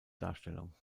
darstellung